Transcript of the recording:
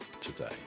today